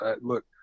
Look